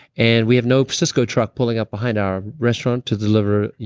and we have no cisco truck pulling up behind our restaurant to deliver